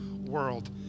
world